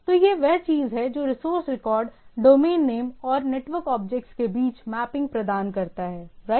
तो यह वह चीज़ है जो रिसोर्स रिकॉर्ड डोमेननेम और नेटवर्क ऑब्जेक्ट्स के बीच मैपिंग प्रदान करता है राइट